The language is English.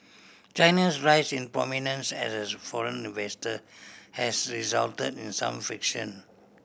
China's rise in prominence as foreign investor has result in some friction